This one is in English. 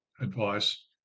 advice